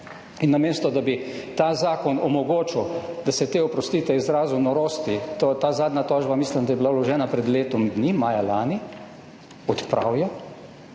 in namesto da bi ta zakon omogočil, da se te, oprostite izrazu, norosti, zadnja tožba mislim, da je bila vložena pred letom dni, maja lani, odpravijo,